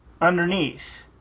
Underneath